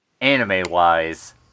anime-wise